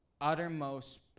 uttermost